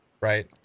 right